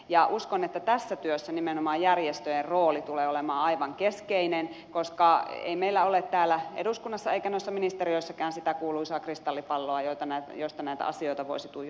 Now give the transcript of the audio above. ja uskon että tässä työssä nimenomaan järjestöjen rooli tulee olemaan aivan keskeinen koska ei meillä ole täällä eduskunnassa eikä noissa ministeriöissäkään sitä kuuluisaa kristallipalloa josta näitä asioita voisi tuijotella